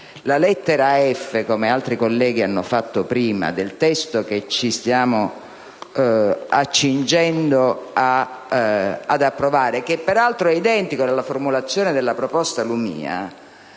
del comma 1, come altri colleghi hanno fatto prima, del testo che ci stiamo accingendo ad approvare, che peraltro è identico alla formulazione della proposta Lumia,